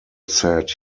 said